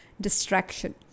distraction